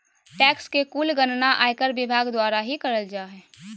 tax के कुल गणना आयकर विभाग द्वारा ही करल जा हय